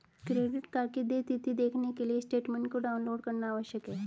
credit card की देय तिथी देखने के लिए स्टेटमेंट को डाउनलोड करना आवश्यक है